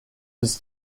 his